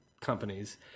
companies